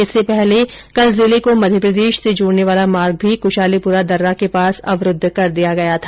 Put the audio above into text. इससे पहले कल जिले को मध्यप्रदेश से जोड़ने वाला मार्ग भी कुशालीपुरा दर्रा के पास अवरूद्ध कर दिया गया था